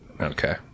Okay